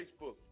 Facebook